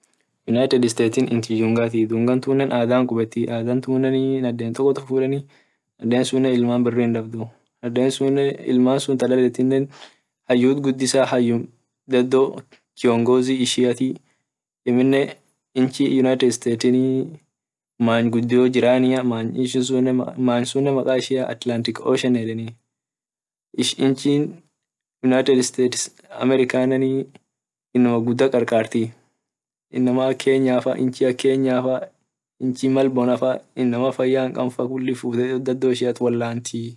United state inchi dungati dungantune ada qubetii ada tuneni naden tokotu fudeni naden sunne ilman birri hindaltuu ilman sun tadaletunne hayyut gudisaa hayyu dado kiongozi ishian immine inchi united state manya gudio jirani manya sun makaishia atlantic ocean hedeni american inam gudio karkati inchi ak kenyan faa mal bonafaa inam faya hinkab faa fute dado isha ishiat wolantii.